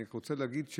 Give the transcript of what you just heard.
אני רוצה להגיד,